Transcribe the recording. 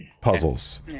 puzzles